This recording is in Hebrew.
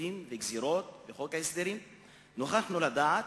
קיצוצים וגזירות בחוק ההסדרים נוכחנו לדעת